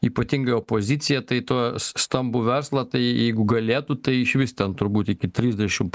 ypatingai opozicija tai tą stambų verslą tai jeigu galėtų tai išvis ten turbūt iki trisdešimt